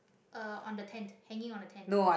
uh on the tent hanging on the tent